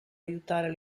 aiutare